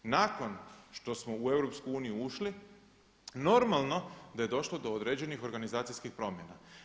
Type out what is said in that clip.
Nakon što smo u EU ušli, normalno da je došlo do određenih organizacijskih promjena.